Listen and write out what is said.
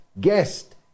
guest